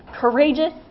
courageous